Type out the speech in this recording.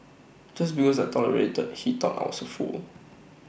just because I tolerated that he thought I was A fool